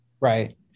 Right